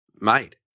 made